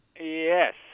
Yes